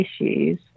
issues